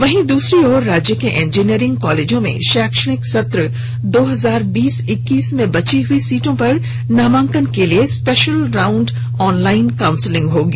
वहीं दूसरी ओर राज्य के इंजीनियरिंग कॉलेजों में शैक्षणिक सत्र दो हजार बीस इक्कीस में बची हुई सीटों पर नामांकन के लिए स्पेशल राउंड ऑनलाइन काउंसिलिंग होगी